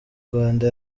rwanda